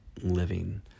living